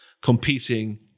competing